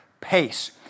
pace